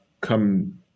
come